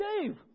Dave